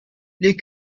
les